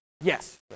Yes